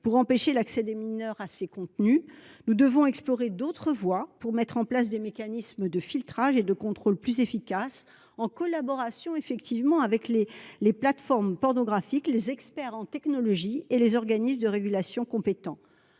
pour empêcher l’accès des mineurs à ces contenus. Nous devons explorer d’autres voies pour mettre en place des mécanismes de filtrage et de contrôle plus efficaces, en collaboration avec les plateformes pornographiques, les experts en technologie et les organismes de régulation compétents.